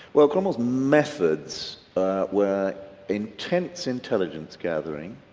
well cromwell's methods were intense, intelligence gathering,